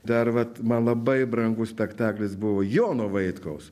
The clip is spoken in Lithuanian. dar vat man labai brangus spektaklis buvo jono vaitkaus